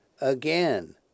Again